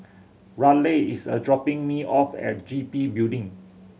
Raleigh is a dropping me off at G B Building